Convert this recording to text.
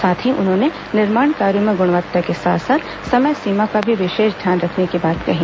साथ ही उन्होंने निर्माण कार्यो में गुणवत्ता के साथ साथ समय सीमा का भी विशेष ध्यान रखने की बात कही